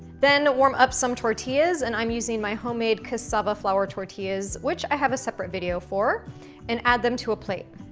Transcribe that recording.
then, warm up some tortillas and i'm using my homemade cassava flour tortillas which i have a separate video for and add them to a plate.